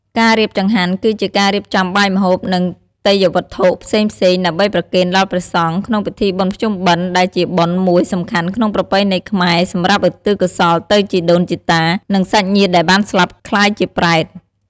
ការរៀបចង្ហាន់ គឺជាការរៀបចំបាយម្ហូប និងទេយ្យវត្ថុផ្សេងៗ ដើម្បីប្រគេនដល់ព្រះសង្ឃ ក្នុងពិធីបុណ្យភ្ជុំបិណ្ឌ ដែលជាបុណ្យមួយសំខាន់ក្នុងប្រពៃណីខ្មែរ សម្រាប់ឧទិសកោសលទៅជីដូន ជីតា និងសាច់ញាតិដែលបានស្លាប់ក្លាយជាប្រេត។